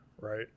right